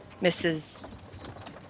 Mrs